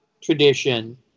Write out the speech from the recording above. tradition